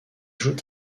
jouent